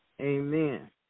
Amen